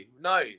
no